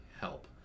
help